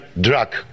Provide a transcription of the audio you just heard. drug